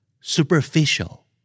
Superficial